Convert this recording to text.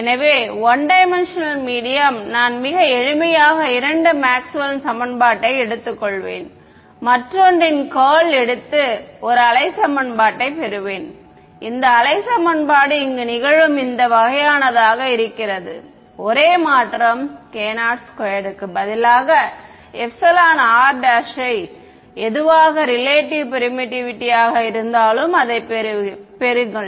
எனவே 1D medium நான் மிக எளிமையாக இரண்டு மேக்ஸ்வெல்லின் சமன்பாடு யை எடுத்துக்கொள்வேன் மற்றொன்றின் கர்ல் எடுத்து ஒரு அலை சமன்பாடு யை பெறுவேன் இந்த அலை சமன்பாடு இங்கு நிகழும் இந்த வகையானதாக இருக்கிறது ஒரே மாற்றம் k02 க்கு பதிலாக εr′ எதுவாக ரிலேட்டிவ் பெர்மிட்டிவிட்டி இருந்தாலும் அதைப் பெறுங்கள்